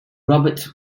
roberts